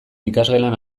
ikasgelan